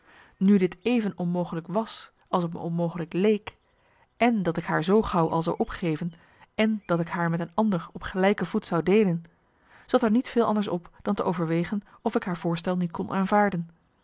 nu dit even onmogelijk was als t me onmogelijk leek èn dat ik haar zoo gauw al zou opgeven èn dat ik haar met een ander op gelijke voet zou deelen zat er niet veel anders op dan te overwegen of ik haar voorstel niet kon aanvaarden